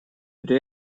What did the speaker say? при